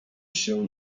się